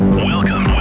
Welcome